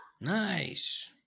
nice